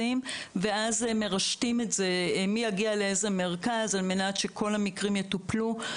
ואז מרשתים את זה מי יגיע לאיזה מרכז על מנת שכל המקרים יטופלו.